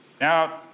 Now